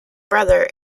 brother